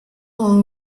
all